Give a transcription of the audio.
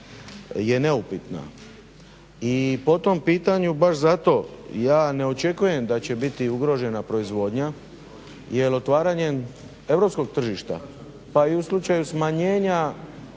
je neupitna i po tom pitanju baš zato ja ne očekujem da će biti ugrožena proizvodnja jer otvaranjem europskog tržišta pa i u slučaju smanjenja